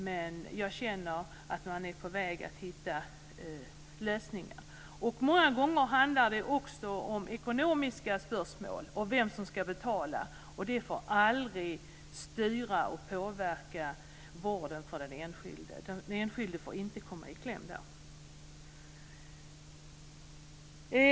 Men jag känner att man är på väg att hitta lösningar. Många gånger handlar det om ekonomiska spörsmål och vem som ska betala. Det får aldrig styra och påverka vården för den enskilde. Den enskilde får inte komma i kläm.